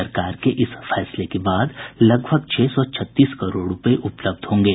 सरकार के इस फैसले के बाद लगभग छह सौ छत्तीस करोड़ रूपये उपलब्ध होंगे